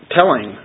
telling